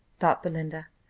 thought belinda,